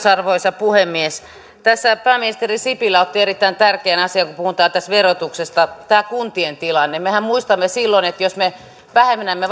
arvoisa puhemies tässä pääministeri sipilä otti esille erittäin tärkeän asian kun puhutaan tästä verotuksesta tämän kuntien tilanteen mehän muistamme että silloin jos me vähennämme